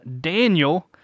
Daniel